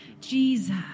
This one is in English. Jesus